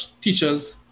teachers